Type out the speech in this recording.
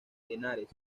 henares